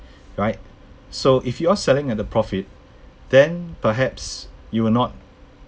right so if you are selling at a profit then perhaps you will not